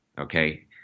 Okay